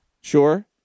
sure